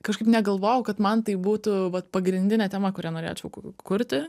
kažkaip negalvojau kad man tai būtų vat pagrindinė tema kurią norėčiau kurti